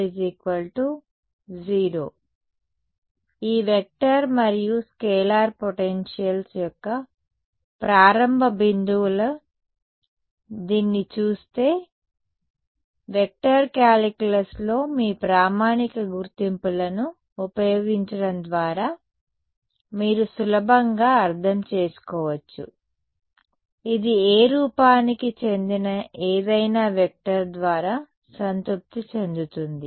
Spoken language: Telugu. కాబట్టి ఈ వెక్టార్ మరియు స్కేలార్ పొటెన్షియల్స్ యొక్క ప్రారంభ బిందువులదీన్ని చూస్తే వెక్టర్ కాలిక్యులస్లో మీ ప్రామాణిక గుర్తింపులను ఉపయోగించడం ద్వారా మీరు సులభంగా అర్థం చేసుకోవచ్చు ఇది ఏ రూపానికి చెందిన ఏదైనా వెక్టర్ ద్వారా సంతృప్తి చెందుతుంది